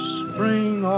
spring